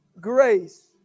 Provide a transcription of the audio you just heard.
grace